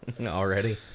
Already